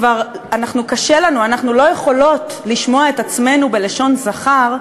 כבר קשה לנו ואנחנו לא יכולות לשמוע את עצמנו בלשון זכר,